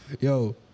Yo